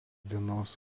dienos